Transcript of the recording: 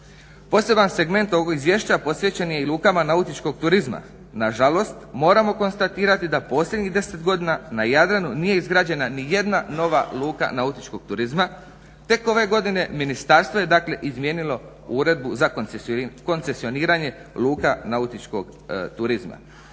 Poseban segment ovog izvješća posvećen je i lukama nautičkog turizma. Nažalost, moramo konstatirati da posljednjih 10 godina na Jadranu nije izgrađena nijedna nova luka nautičkog turizma. Tek ove godine ministarstvo je dakle izmijenilo Uredbu za koncesioniranje luka nautičkog turizma.